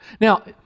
Now